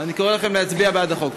אני קורא לכם להצביע בעד החוק.